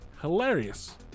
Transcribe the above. hilarious